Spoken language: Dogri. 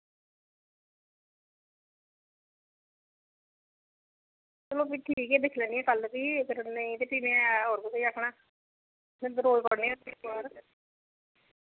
चलो भी ठीक ऐ दिक्खी लैन्नी आं कल्ल भी ते भी अगर नेईं ते में भी होर कुसै गी आक्खना ते में रोज़ पढ़नी होंदी अखबार